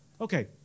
Okay